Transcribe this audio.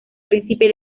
príncipe